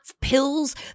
pills